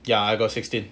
ya I got sixteen